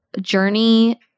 journey